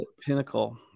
pinnacle